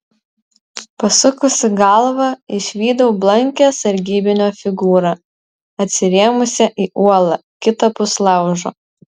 pasukusi galvą išvydau blankią sargybinio figūrą atsirėmusią į uolą kitapus laužo